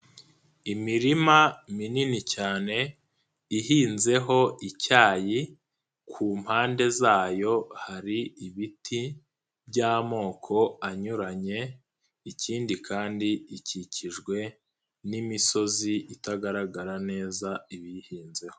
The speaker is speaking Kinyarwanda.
Imirima minini cyane ihinzeho icyayi, ku mpande zayo hari ibiti by'amoko anyuranye, ikindi kandi ikikijwe n'imisozi itagaragara neza ibiyihinzeho.